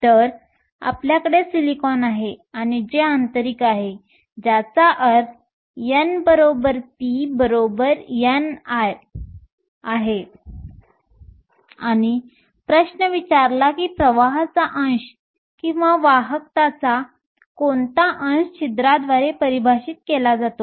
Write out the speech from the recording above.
तर आपल्याकडे सिलिकॉन आहे आणि जे आंतरिक आहे ज्याचा अर्थ n p ni आहे आणि प्रश्न विचारला की प्रवाहाचा अंश किंवा वाहकताचा कोणता अंश छिद्रांद्वारे परिभाषित केला जातो